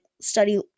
study